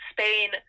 Spain